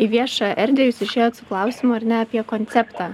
į viešą erdvę jūs išėjot su klausimu ar ne apie konceptą